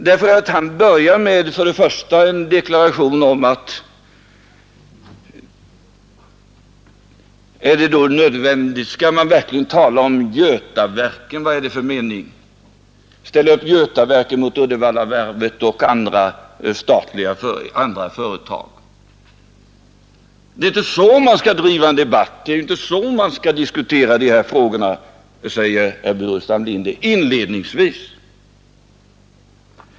Herr Burenstam Linder börjar med en deklaration och frågar sedan: Är det då verkligen nödvändigt att tala om Götaverken? Vad är det för mening med att ställa upp Götaverken mot Uddevallavarvet och andra företag? Det är inte så man skall driva en debatt och diskutera de här frågorna, säger herr Burenstam Linder inledningsvis.